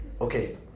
Okay